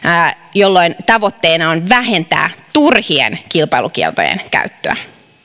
jolloin tavoitteena on vähentää turhien kilpailukieltojen käyttöä